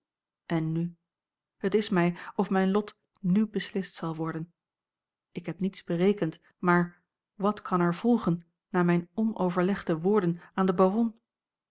en nu het is mij of mijn lot n beslist zal worden ik heb niets berekend maar wat kan er volgen na mijne onoverlegde woorden aan den baron